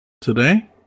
today